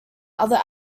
other